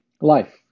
Life